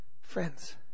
Friends